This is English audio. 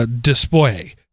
display